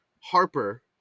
Harper